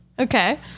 Okay